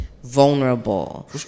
vulnerable